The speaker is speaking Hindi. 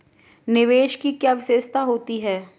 निवेश की क्या विशेषता होती है?